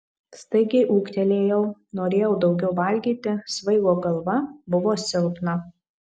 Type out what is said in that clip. staigiai ūgtelėjau norėjau daugiau valgyti svaigo galva buvo silpna